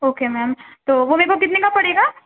okay ma'am تو وہ میکو کتنے کا پڑے گا